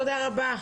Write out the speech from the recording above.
תודה רבה.